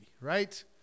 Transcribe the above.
right